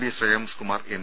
V Shreyamskumar M